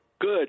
Good